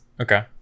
Okay